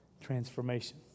transformation